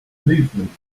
movement